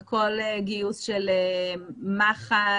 בכל גיוס של מח"ל,